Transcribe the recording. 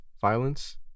violence